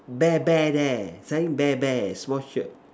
bear bear there selling bear bear small shop